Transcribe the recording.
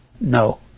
No